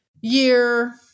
year